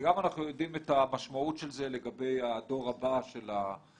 וגם אנחנו יודעים את המשמעות של זה לגבי הדור הבא של הילדים,